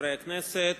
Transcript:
חברי הכנסת,